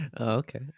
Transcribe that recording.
Okay